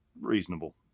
reasonable